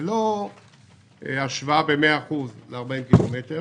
זה לא השוואה במאה אחוז ל-40 קילומטר